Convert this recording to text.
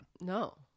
No